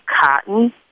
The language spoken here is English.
cotton